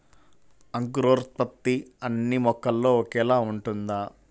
అంకురోత్పత్తి అన్నీ మొక్కలో ఒకేలా ఉంటుందా?